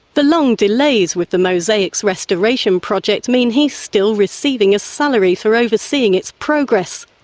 the long delays with the mosaics restoration project mean he's still receiving a salary for overseeing its progress.